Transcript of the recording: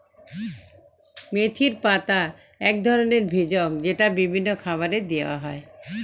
মেথির পাতা এক ধরনের ভেষজ যেটা বিভিন্ন খাবারে দেওয়া হয়